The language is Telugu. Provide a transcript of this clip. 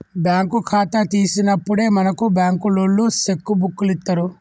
బ్యాంకు ఖాతా తీసినప్పుడే మనకు బంకులోల్లు సెక్కు బుక్కులిత్తరు